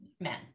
men